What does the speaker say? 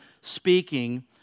speaking